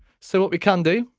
so what we can do,